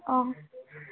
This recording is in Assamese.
অ